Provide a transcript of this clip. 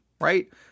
Right